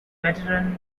veteran